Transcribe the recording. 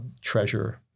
treasure